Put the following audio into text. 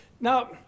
Now